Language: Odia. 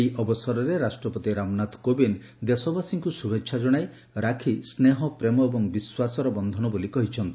ଏହି ଅବସରରେ ରାଷ୍ଟ୍ରପତି ରାମନାଥ କୋବିନ୍ଦ ଦେଶବାସୀଙ୍କୁ ଶୁଭେଛା ଜଶାଇ ରାକ୍ଷୀ ସ୍ବେହ ପ୍ରେମ ଏବଂ ବିଶ୍ୱାସର ବକ୍ଷନ ବୋଲି କହିଛନ୍ତି